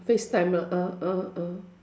face time lah ah ah ah